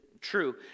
true